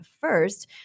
first